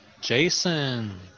Jason